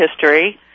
history